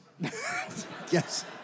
Yes